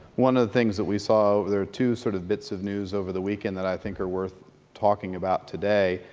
one of the things we saw, there are two sort of bits of news over the weekend that i think are worth talking about today,